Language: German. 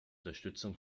unterstützung